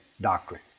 Doctrine